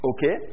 Okay